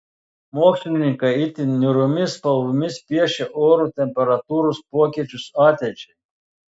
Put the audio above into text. mokslininkai itin niūriomis spalvomis piešia oro temperatūros pokyčius ateičiai